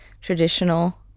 traditional